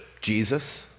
Jesus